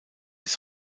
ist